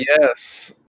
yes